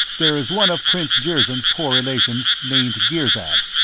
there is one of prince jirzyn's poor relations, named girzad.